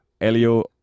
Elio